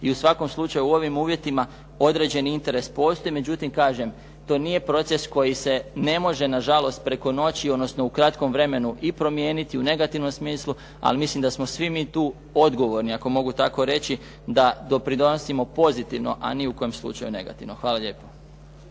I u svakom slučaju u ovim uvjetima određeni interes postoji. Međutim, kažem to nije proces koji se ne može na žalost preko noći, odnosno u kratkom vremenu i promijeniti u negativnom smislu. Ali mislim da smo svi mi tu odgovorni ako mogu tako reći da dopridonosimo pozitivno, a ni u kojem slučaju negativno. Hvala lijepo.